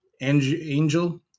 Angel